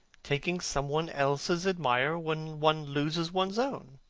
taking some one else's admirer when one loses one's own.